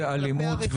זה אלימות,